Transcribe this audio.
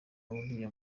uriya